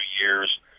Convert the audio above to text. years